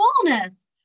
fullness